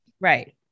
right